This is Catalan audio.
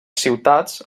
ciutats